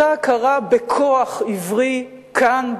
אותה הכרה בכוח עברי כאן,